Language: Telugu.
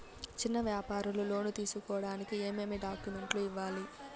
చిన్న వ్యాపారులు లోను తీసుకోడానికి ఏమేమి డాక్యుమెంట్లు ఇవ్వాలి?